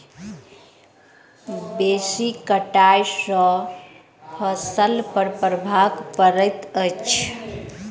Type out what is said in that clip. बेसी कटाई सॅ फसिल पर प्रभाव पड़ैत अछि